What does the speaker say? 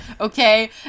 okay